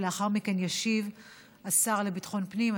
ולאחר מכן ישיב השר לביטחון הפנים,